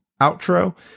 outro